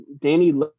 danny